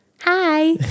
hi